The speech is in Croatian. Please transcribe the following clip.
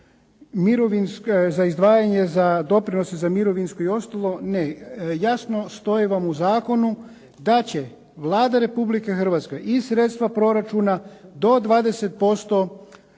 za izdvajanje za doprinose za mirovinsko i ostalo. Ne. Jasno stoji vam u zakonu da će Vlada Republike Hrvatske i sredstva proračuna do 20%